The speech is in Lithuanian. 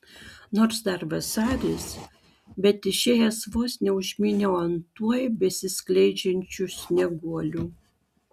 nors dar vasaris bet išėjęs vos neužmyniau ant tuoj besiskleisiančių snieguolių